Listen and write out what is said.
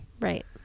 Right